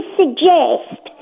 suggest